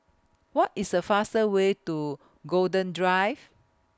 What IS The faster Way to Golden Drive